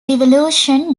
revolution